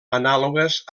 anàlogues